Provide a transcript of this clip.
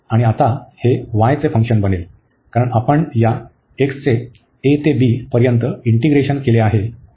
आणि आता हे y चे फंक्शन बनेल कारण आपण या x चे a ते b पर्यंत इंटिग्रेशन केले आहे